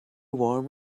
warm